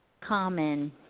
common